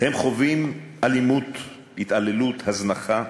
הם חווים אלימות, התעללות, הזנחה.